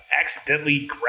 accidentally